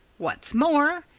what's more,